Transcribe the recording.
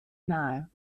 nahe